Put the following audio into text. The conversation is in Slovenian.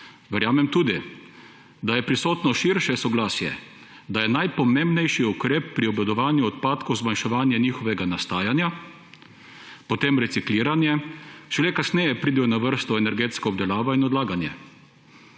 Verjamem tudi, da je prisotno širše soglasje, da je najpomembnejših ukrep pri obvladovanju odpadkov zmanjševanje njihovega nastajanja, potem recikliranje, šele kasneje pridejo na vrsto energetska obdelava in odlaganje.